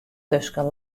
tusken